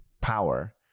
power